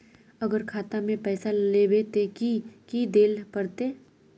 अगर खाता में पैसा लेबे ते की की देल पड़ते?